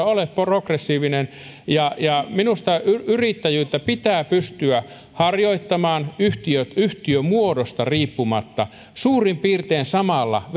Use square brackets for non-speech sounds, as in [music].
[unintelligible] ole progressiivinen minusta yrittäjyyttä pitää pystyä harjoittamaan yhtiömuodosta riippumatta suurin piirtein samalla [unintelligible]